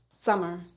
summer